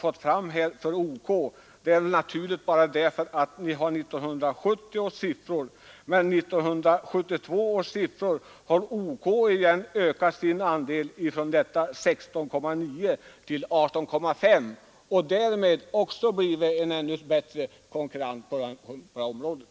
Uppgiften är naturlig därför att ni har 1970 års siffror, men enligt 1972 års siffror har OK ökat andelen från 16,9 till 18,5 procent och har därmed blivit en ännu bättre konkurrent på det här området.